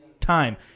Time